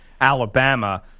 Alabama